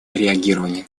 реагирования